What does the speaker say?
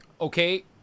okay